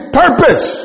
purpose